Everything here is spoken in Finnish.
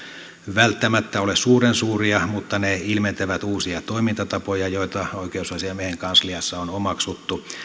välttämättä ole suuren suuria mutta ne ilmentävät uusia toimintatapoja joita oikeusasiamiehen kansliassa on omaksuttu